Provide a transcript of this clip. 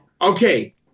Okay